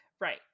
Right